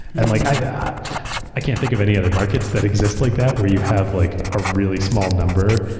and like i yeah i can't think of any other markets that exist like that where you have like a really small number,